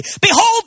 Behold